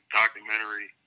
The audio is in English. documentary